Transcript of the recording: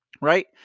Right